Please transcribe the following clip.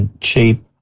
Cheap